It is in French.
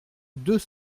deux